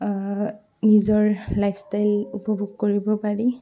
নিজৰ লাইফষ্টাইল উপভোগ কৰিব পাৰি